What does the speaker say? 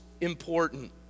important